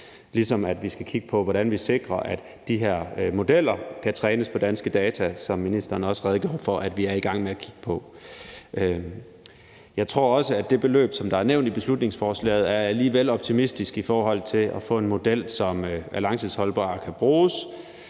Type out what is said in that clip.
Vi skal også kigge på, hvordan vi sikrer, at de her modeller kan trænes på danske data, hvilket ministeren også redegjorde for at vi er i gang med at kigge på. Jeg tror også, at det beløb, der er nævnt i beslutningsforslaget, er lige vel optimistisk i forhold til at få en model, som er langtidsholdbar og kan bruges.